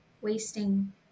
wasting